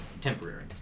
Temporary